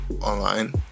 online